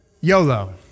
YOLO